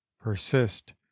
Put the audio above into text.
Persist